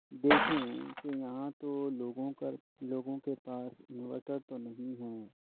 دیکھیں کہ یہاں تو لوگوں کا لوگوں کے پاس انورٹر تو نہیں ہیں